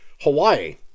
Hawaii